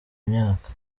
myaka